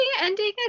ending